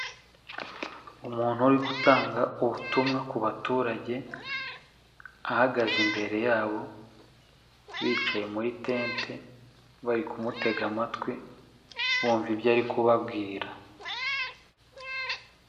Umuntu uri gutanga ubutumwa ku baturage ahagaze imbere yabo bicaye muri tente bari kumutega amatwi bumva ibyo ari kubabwira.